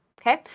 okay